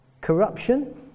Corruption